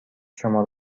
شما